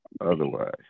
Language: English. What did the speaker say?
otherwise